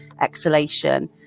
exhalation